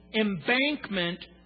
embankment